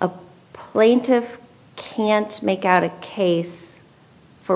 a plaintive can't make out a case for